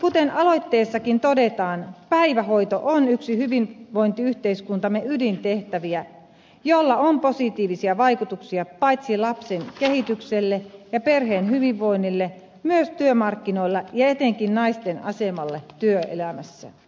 kuten aloitteessakin todetaan päivähoito on yksi hyvinvointiyhteiskuntamme ydintehtäviä jolla on positiivisia vaikutuksia paitsi lapsen kehitykselle ja perheen hyvinvoinnille myös työmarkkinoille ja etenkin naisten asemalle työelämässä